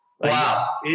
Wow